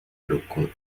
local